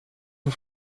für